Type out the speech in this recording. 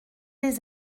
les